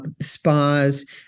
spas